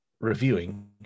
reviewing